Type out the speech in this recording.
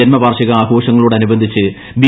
ജന്മവാർഷികാഘോഷങ്ങളോടനുബന്ധിച്ച് B